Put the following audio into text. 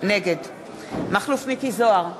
נגד מכלוף מיקי זוהר,